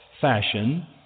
fashion